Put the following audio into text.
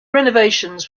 renovations